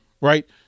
Right